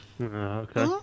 Okay